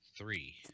three